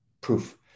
proof